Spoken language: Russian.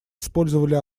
использовали